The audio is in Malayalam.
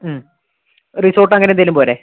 റിസോർട്ട് അങ്ങനെ എന്തേലും പോരെ